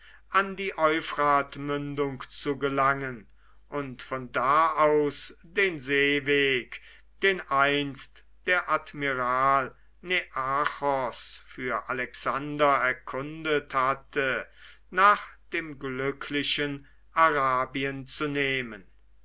an die euphratmündung zu gelangen und von da aus den seeweg den einst der admiral nearchos für alexander erkundet hatte nach dem glücklichen arabien zu nehmen